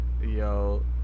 Yo